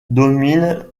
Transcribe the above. domine